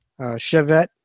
Chevette